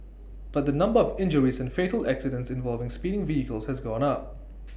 but the number of injuries and fatal accidents involving speeding vehicles has gone up